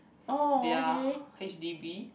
their H_D_B